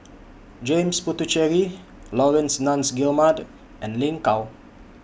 James Puthucheary Laurence Nunns Guillemard and Lin Gao